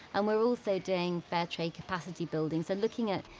and we're also doing fair trade capacity building. so, looking at,